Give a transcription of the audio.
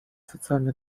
социально